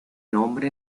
nombra